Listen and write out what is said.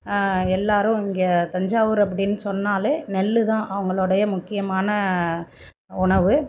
எல்லோரும் இங்கே தஞ்சாவூர் அப்படின் சொன்னாலே நெல்லுதான் அவங்களோடைய முக்கியமான உணவு